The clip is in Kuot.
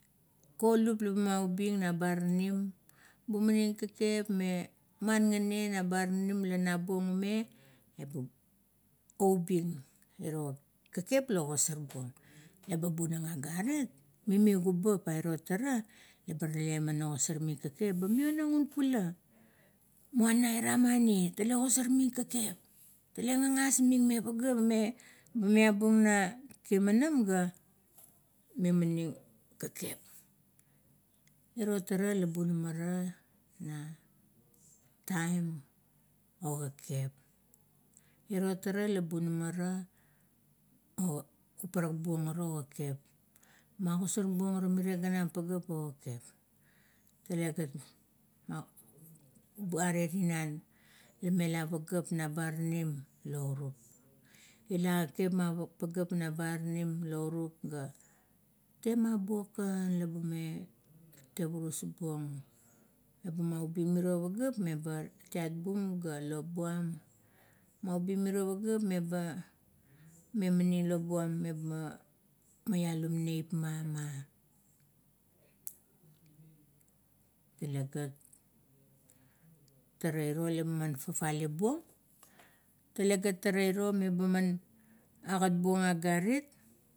Konup laba maubing na baranim bumaning kekep, me man gane na baranim la nabung ume. Olsem o ubing iro kekep la ogasor buong. Eba bunang a garit, mimi kubip ai iro tara, la ba tale ogasor ming kekep ba mionang un ula moana ira mani tale ogasar meng kekep tale gagas min, me pagea me la miabu na gimanam, ga mimaning kekep. Iro tara la bunamara na taim o kekep. Iro tara la bunamara o parak buong are or kekep, magasar buong are mier ganam pageap o kekep. Tale gat a bun are tinan la me la pageap na baranim laurup, mila kekep na baranim laurup ga temabung kan la bume tevurus buong. Le maubin mirie pageap ga iat bum, ga lop buam, maubing mirie pageap meba memaning lop buam, eba maialum niapma, ma. Talegat, tara iro lama fafale buong, talegat tara iro lama agat buong agarit.